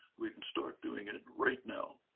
we can start doing it right now.